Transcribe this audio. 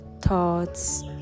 thoughts